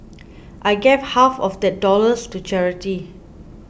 I gave half of that dollars to charity